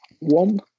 One